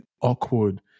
awkward